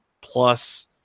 plus